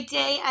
day